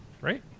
Right